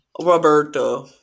Roberto